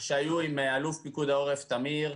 אני חושב שגם בדיונים שהיו עם אלוף פיקוד העורף תמיר,